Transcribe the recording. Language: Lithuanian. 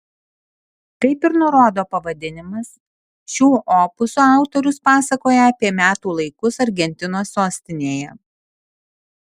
kaip ir nurodo pavadinimas šiuo opusu autorius pasakoja apie metų laikus argentinos sostinėje